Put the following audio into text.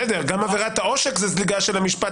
בסדר, גם עבירת העושק זה זליגה של המשפט